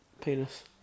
penis